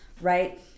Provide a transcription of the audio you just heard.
right